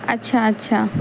اچھا اچھا